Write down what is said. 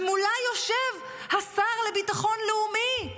מולה יושב השר לביטחון לאומי.